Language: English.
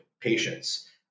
patients